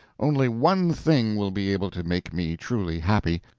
only one thing will be able to make me truly happy,